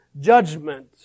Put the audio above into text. judgment